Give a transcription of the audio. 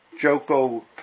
Joko